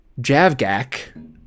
javgak